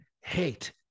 hate